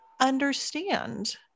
understand